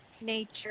nature